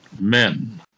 men